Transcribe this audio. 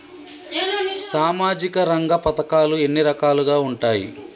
సామాజిక రంగ పథకాలు ఎన్ని రకాలుగా ఉంటాయి?